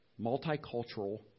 multicultural